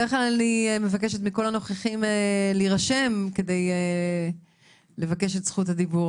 בדרך כלל אני מבקשת מכל הנוכחים להירשם כדי לבקש את זכות הדיבור,